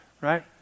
right